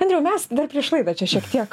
andriau mes dar prieš laidą čia šiek tiek